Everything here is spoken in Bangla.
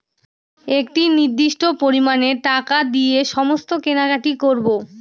একটি নির্দিষ্ট পরিমানে টাকা দিয়ে সমস্ত কেনাকাটি করবো